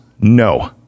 no